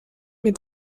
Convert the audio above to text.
mir